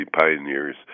pioneers